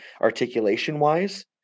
articulation-wise